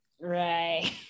right